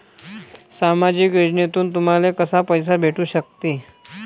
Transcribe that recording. सामाजिक योजनेतून तुम्हाले कसा पैसा भेटू सकते?